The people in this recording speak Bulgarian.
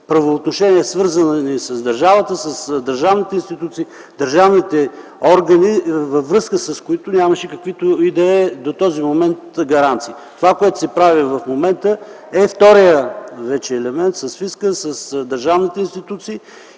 правоотношения, свързани с държавата, с държавните институции и държавните органи, във връзка с които нямаше до този момент каквито и да е гаранции. Това, което се прави в момента, е вторият елемент с фиска, с държавните институции,